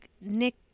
Nick